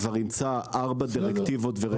כבר אימצה ארבע דירקטיבות ורגולציות-